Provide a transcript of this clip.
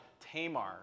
Tamar